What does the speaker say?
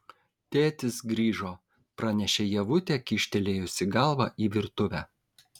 tėtis grįžo pranešė ievutė kyštelėjusi galvą į virtuvę